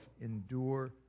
endure